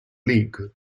league